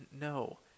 No